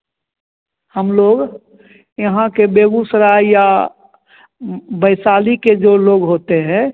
हम लोग यहाँ के बेगुसराय या वैशाली के जो लोग होते है